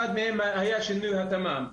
אחד מהם היה שינוי התמ"מ.